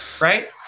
right